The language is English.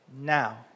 now